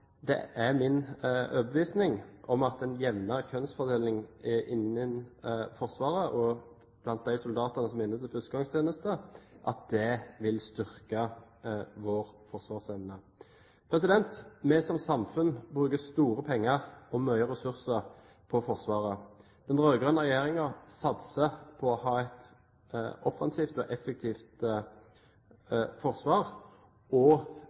det er min overbevisning at en jevnere kjønnsfordeling innen Forsvaret og blant de soldatene som er inne til førstegangstjeneste, vil styrke vår forsvarsevne. Vi som samfunn bruker store penger og mye ressurser på Forsvaret. Den rød-grønne regjeringen satser på å ha et offensivt og effektivt